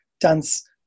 dance